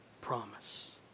promise